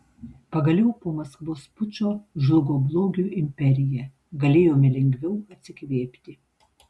pagaliau po maskvos pučo žlugo blogio imperija galėjome lengviau atsikvėpti